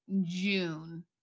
June